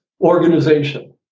organization